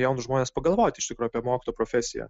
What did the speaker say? jaunus žmones pagalvoti iš tikro apie mokytojo profesiją